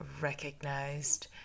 recognized